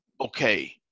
Okay